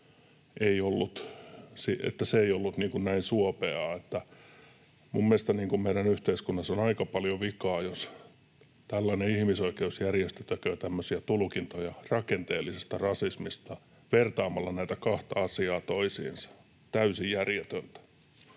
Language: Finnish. ei oltu näin suopeita — minun mielestäni meidän yhteiskunnassa on aika paljon vikaa, jos tällainen ihmisoikeusjärjestö tekee tämmöisiä tulkintoja rakenteellisesta rasismista vertaamalla näitä kahta asiaa toisiinsa. Täysin järjetöntä.